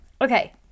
Okay